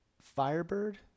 Firebird